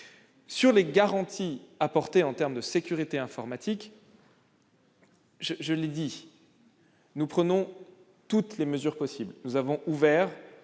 les garanties apportées en termes de sécurité informatique, comme je l'ai dit, nous prenons toutes les mesures possibles : nous avons par